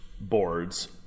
boards